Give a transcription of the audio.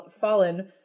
fallen